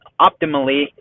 optimally